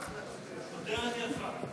כותרת יפה.